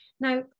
Now